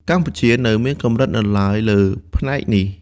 កម្ពុជានៅមានកម្រិតនៅឡើយលើផ្នែកនេះ។